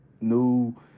new